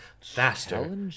faster